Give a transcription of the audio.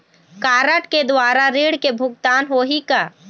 Card के द्वारा ऋण के भुगतान होही का?